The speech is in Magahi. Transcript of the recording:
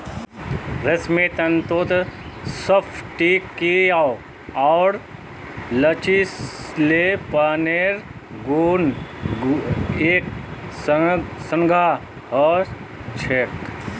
रेशमी तंतुत स्फटिकीय आर लचीलेपनेर गुण एक संग ह छेक